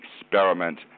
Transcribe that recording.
experiment